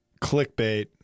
clickbait